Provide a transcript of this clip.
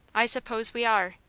i suppose we are,